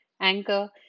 Anchor